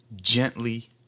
gently